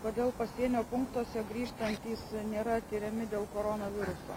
kodėl pasienio punktuose grįžtantys nėra tiriami dėl koronaviruso